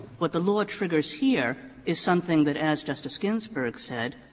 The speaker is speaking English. what the law triggers here is something that, as justice ginsburg said,